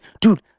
Dude